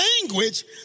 language